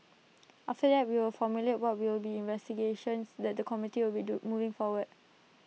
after that we will formulate what will be the investigations that the committee will do moving forward